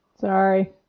sorry